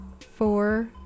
four